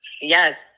yes